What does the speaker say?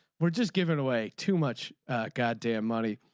we're just giving away too much goddamn money.